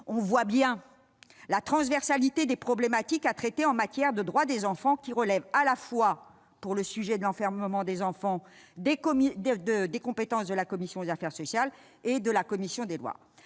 parfaitement la transversalité des problématiques à traiter en matière de droits des enfants, qui relèvent à la fois, s'agissant de l'enfermement des enfants, par exemple, des compétences de la commission des affaires sociales et de la commission des lois.